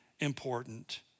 Important